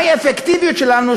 מהי האפקטיביות שלנו,